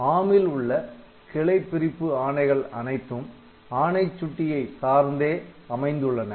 ARM ல் உள்ள கிளைபிரிப்பு ஆணைகள் அனைத்தும் ஆணை சுட்டியை சார்ந்தே அமைந்துள்ளன